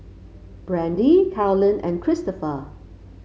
Brandie Carolyn and Christoper